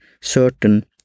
certain